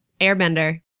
airbender